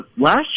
last